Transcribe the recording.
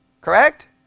correct